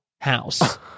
house